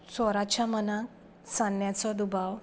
चोराच्या मनाक चान्न्याचो दुबाव